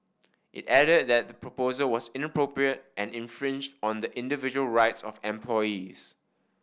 it added that the proposal was inappropriate and infringed on the individual rights of employees